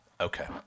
okay